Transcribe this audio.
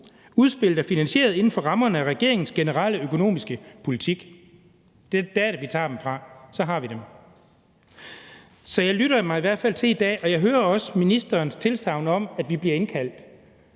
Udspillet er finansieret inden for rammerne af regeringens generelle økonomiske politik. Det er der, vi tager dem fra; så har vi dem. Så det, jeg i hvert fald lytter mig til i dag, er ministerens tilsagn om, at vi bliver indkaldt,